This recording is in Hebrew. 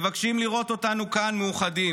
גדעון סער יוקראו כאן או יוצגו כאן לפרוטוקול לפני